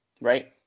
right